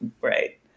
right